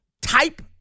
type